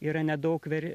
yra nedaug veri